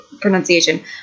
pronunciation